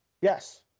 Yes